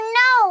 no